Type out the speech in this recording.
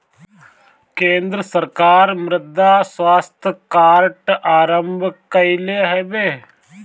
केंद्र सरकार मृदा स्वास्थ्य कार्ड आरंभ कईले हवे